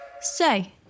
Say